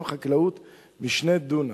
אי-אפשר לקיים חקלאות מ-2 דונם.